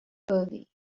early